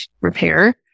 repair